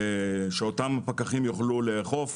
שאותם פקחים יוכלו לאכוף,